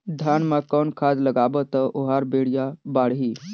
धान मा कौन खाद लगाबो ता ओहार बेडिया बाणही?